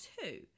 two